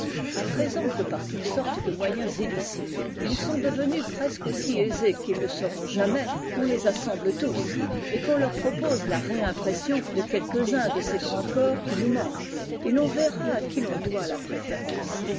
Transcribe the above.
à présent que par toutes sortes de moyens illicites ils sont devenus presque aussi aisés qu'ils le seront jamais qu'on les assemble tous et qu'on leur propose la réimpression de quelques-uns de ces grands corps qui nous manquent et l'on verra à qui l'on doit la préférence